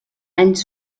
anys